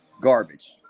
garbage